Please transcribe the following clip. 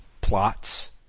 plots